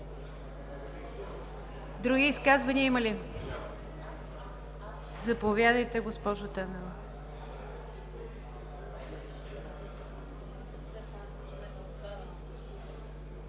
Други изказвания има ли? Заповядайте, госпожо Танева.